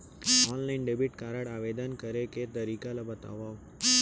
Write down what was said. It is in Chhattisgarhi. ऑनलाइन डेबिट कारड आवेदन करे के तरीका ल बतावव?